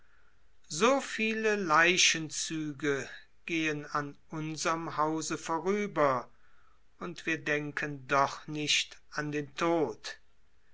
so viele leichenzüge gehen an unserm hause vorüber und wir denken nicht an den tod